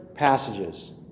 passages